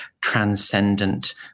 transcendent